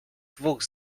dwóch